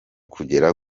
kugera